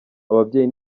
ababyeyi